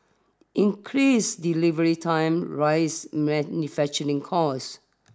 increased delivery times rise manufacturing costs